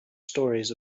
stories